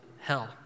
hell